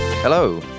Hello